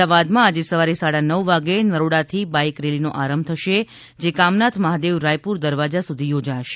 અમદાવાદમાં આજે સવારે સાડા નવ વાગ્યે નરોડાથી બાઇક રેલીનો આરંભ થશે જે કામનાથ મહાદેવ રાયપુર દરવાજા સુધી યોજાશે